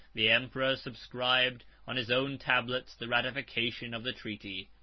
the emperor subscribed, on his own tablets, the ratification of the treaty.